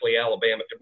Alabama